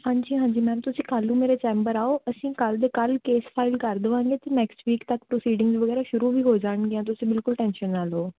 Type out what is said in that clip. ਹਾਂਜੀ ਹਾਂਜੀ ਮੈਮ ਤੁਸੀਂ ਕੱਲ੍ਹ ਨੂੰ ਮੇਰੇ ਚੈਂਬਰ ਆਓ ਅਸੀਂ ਕੱਲ੍ਹ ਦੇ ਕੱਲ੍ਹ ਕੇਸ ਫਾਈਲ ਕਰ ਦੇਵਾਂਗੇ ਅਤੇ ਨੈਕਸਟ ਵੀਕ ਤੱਕ ਪ੍ਰਸੀਡਿੰਗ ਵਗੈਰਾ ਸ਼ੁਰੂ ਵੀ ਹੋ ਜਾਣਗੀਆਂ ਤੁਸੀਂ ਬਿਲਕੁਲ ਟੈਨਸ਼ਨ ਨਾ ਲਓ